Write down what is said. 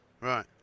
Right